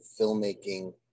filmmaking